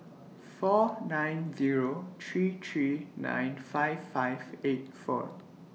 four nine Zero three three nine five five eight four